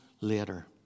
later